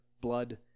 blood